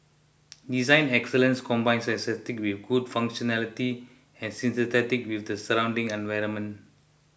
design excellence combines aesthetics with good functionality and synthesis with the surrounding environment